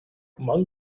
among